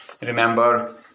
Remember